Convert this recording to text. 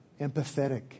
empathetic